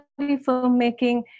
filmmaking